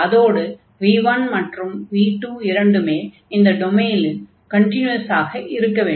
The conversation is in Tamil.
அதோடு v1 மற்றும் v2 இரண்டுமே இந்த டொமைனில் கன்டின்யுவஸாக இருக்க வேண்டும்